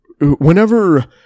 whenever